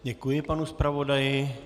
Děkuji panu zpravodaji.